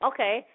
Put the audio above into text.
Okay